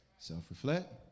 Self-reflect